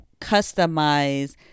customize